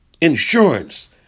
Insurance